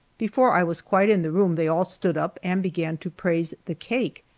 before i was quite in the room they all stood up and began to praise the cake.